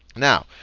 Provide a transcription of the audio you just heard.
now,